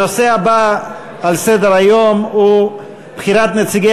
הנושא הבא על סדר-היום הוא בחירת נציגי